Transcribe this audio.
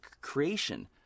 creation